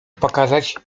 pokazać